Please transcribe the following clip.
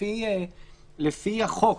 לפי החוק,